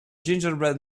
gingerbread